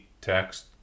text